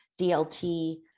DLT